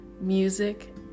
music